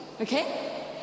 okay